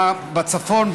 בצפון.